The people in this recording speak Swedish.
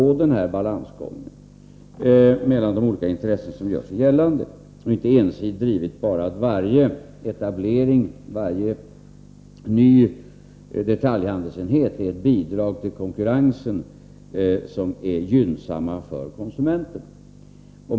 NO har försökt att gå balansgång mellan de olika intressen som gör sig gällande och har inte ensidigt drivit att varje etablering, varje ny detaljhandelsenhet, är ett för konsumenterna gynnsamt bidrag till konkurrensen.